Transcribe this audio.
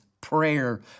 prayer